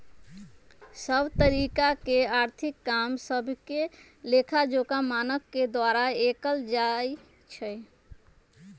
सभ तरिका के आर्थिक काम सभके लेखाजोखा मानक के द्वारा कएल जाइ छइ